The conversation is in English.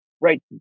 right